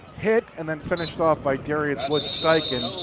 hit and then finished off by darius woods-steichen.